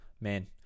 man